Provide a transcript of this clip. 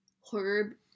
horror